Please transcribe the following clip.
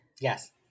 Yes